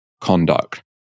conduct